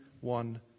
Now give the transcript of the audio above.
One